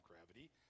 gravity